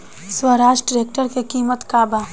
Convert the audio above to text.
Swaraj tractor के किमत का बा?